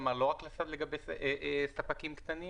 כלומר, לא רק עכשיו לגבי ספקים קטנים?